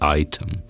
item